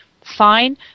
fine